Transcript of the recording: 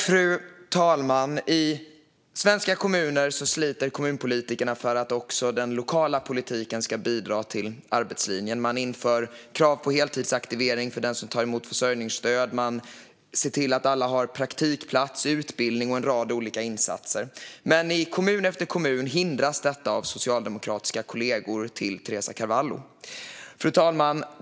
Fru talman! I svenska kommuner sliter kommunpolitikerna för att också den lokala politiken ska bidra till arbetslinjen. Man inför krav på heltidsaktivering för den som tar emot försörjningsstöd. Man ser till att alla har praktikplats och utbildning, och man gör en rad olika insatser. Men i kommun efter kommun hindras detta av socialdemokratiska kollegor till Teresa Carvalho. Fru talman!